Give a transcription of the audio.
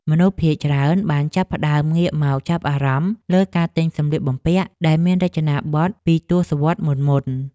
មនុស្សភាគច្រើនបានចាប់ផ្តើមងាកមកចាប់អារម្មណ៍លើការទិញសម្លៀកបំពាក់ដែលមានរចនាប័ទ្មពីទសវត្សរ៍មុនៗ។